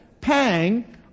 pang